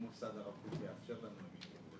אם מוסד הרב קוק יאפשר לכם.